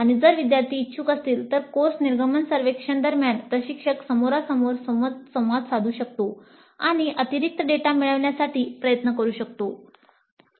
आणि जर विद्यार्थी इच्छुक असतील तर कोर्स निर्गमन सर्वेक्षण दरम्यान प्रशिक्षक समोरासमोर संवाद साधू शकतो आणि अतिरिक्त डेटा मिळविण्यासाठी प्रयत्न करू शकतो